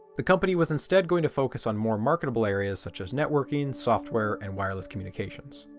the company was instead going to focus on more marketable areas such as networking software and wireless communications.